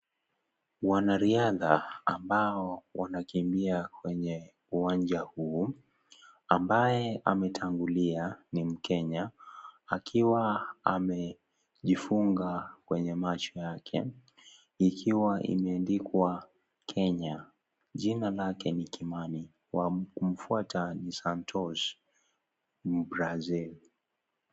Wanariadha ambao wanakimbia kwenye uwanja huu, ambaye ametangulia ni mkenya akiwa amejifunga kwenye macho yake ikiwa imeandikwa Kenya . Jina lake ni Kimani wa kumfuata ni Santosh mbrazil.